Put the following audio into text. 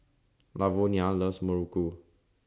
Lavonia loves Muruku